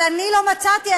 אבל אני לא מצאתי,